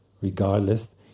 Regardless